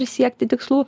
ir siekti tikslų